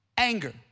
Anger